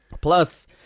Plus